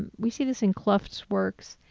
and we see this in kluft's works,